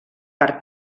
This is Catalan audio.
per